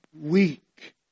weak